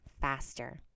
faster